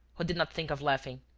who did not think of laughing.